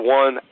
one